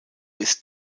ist